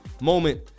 moment